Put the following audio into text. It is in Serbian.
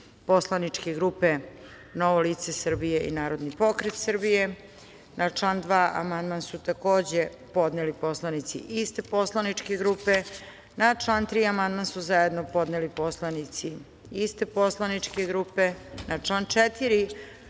poslaničke grupe Narodni pokret Srbije – Novo lice Srbije. Na član 4. amandman su zajedno podneli poslanici iste poslaničke grupe. Na član 5. amandman su zajedno podneli poslanici iste poslaničke grupe. Na član 6. amandman